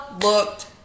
looked